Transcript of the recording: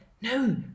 No